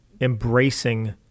embracing